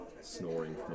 snoring